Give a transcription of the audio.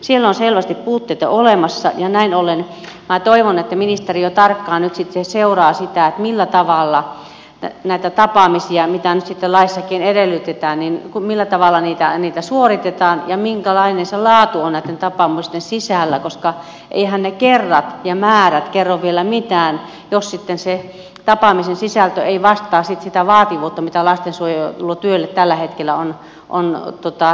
siellä on selvästi puutteita olemassa ja näin ollen minä toivon että ministeriö tarkkaan nyt sitten seuraa sitä millä tavalla näitä tapaamisia joita nyt sitten laissakin edellytetään suoritetaan ja minkälainen se laatu on näitten tapaamisten sisällä koska eiväthän ne kerrat ja määrät kerro vielä mitään jos se tapaamisen sisältö ei vastaa sitä vaativuutta mitä lastensuojelutyölle on tällä hetkellä tarkoitettu